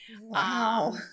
Wow